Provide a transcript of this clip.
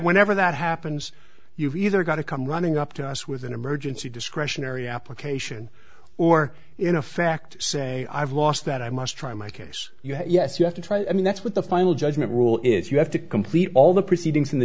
whenever that happens you've either got to come running up to us with an emergency discretionary application or in effect say i've lost that i must try my case yes you have to try to i mean that's what the final judgment rule is you have to complete all the proceedings in the